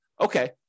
okay